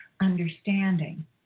understanding